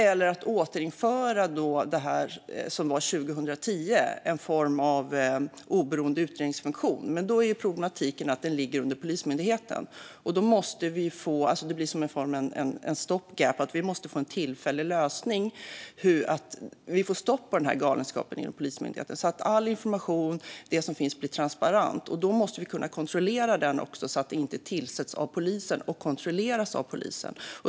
Eller så kan man återinföra det som fanns 2010, en form av oberoende utredningsfunktion. Men då är problemet att den ligger under Polismyndigheten. Det blir som en form av stopgap. Vi måste få en tillfällig lösning så att vi får stopp på den här galenskapen inom Polismyndigheten. Det handlar om att all information och det som finns blir transparent, och då måste vi kunna kontrollera det. Detta ska alltså inte tillsättas av polisen och kontrolleras av polisen.